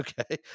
Okay